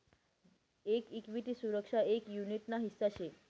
एक इक्विटी सुरक्षा एक युनीट ना हिस्सा शे